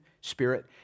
spirit